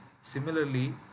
similarly